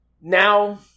now